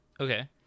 Okay